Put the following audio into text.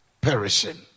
perishing